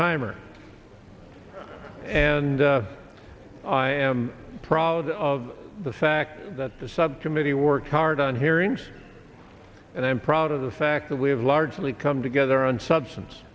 timer and i am proud of the fact that the subcommittee worked hard on hearings and i am proud of the fact that we have largely come together on substance